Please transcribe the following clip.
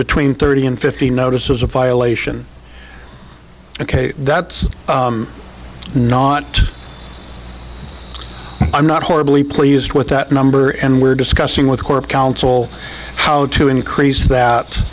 between thirty and fifty notices of violation ok that's not i'm not horribly pleased with that number and we're discussing with corp council how to increase that